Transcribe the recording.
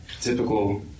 Typical